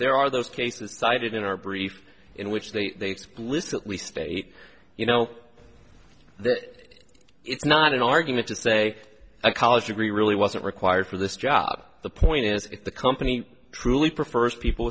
there are those cases cited in our brief in which they explicitly state you know their it's not an argument to say a college degree really wasn't required for this job the point is if the company truly prefers people